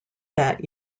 that